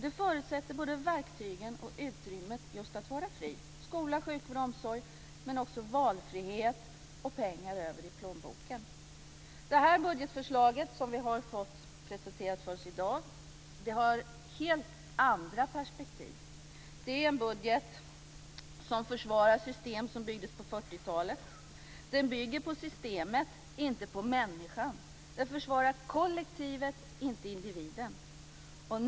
Det förutsätter både verktygen och utrymmet att vara fri. Det förutsätter skola, sjukvård och omsorg men också valfrihet och pengar över i plånboken. Det budgetförslag som vi har fått presenterat för oss i dag har helt andra perspektiv. Det är en budget som försvarar det system som byggdes på 40-talet. Den bygger på systemet, inte på människan. Den försvarar kollektivet, inte individen.